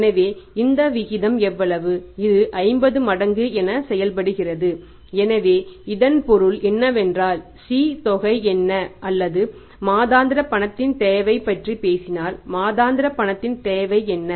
எனவே இந்த விகிதம் எவ்வளவு இது 50 மடங்கு என செயல்படுகிறது எனவே இதன் பொருள் என்னவென்றால் C தொகை என்ன அல்லது மாதாந்திர பணத்தின் தேவை பற்றி பேசினால் மாதாந்திர பணத்தின் தேவை என்ன